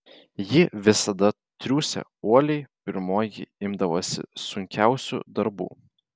ji visada triūsė uoliai pirmoji imdavosi sunkiausių darbų